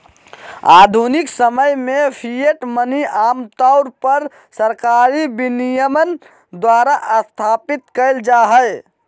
आधुनिक समय में फिएट मनी आमतौर पर सरकारी विनियमन द्वारा स्थापित कइल जा हइ